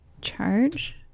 charge